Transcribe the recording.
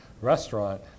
restaurant